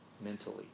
mentally